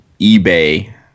eBay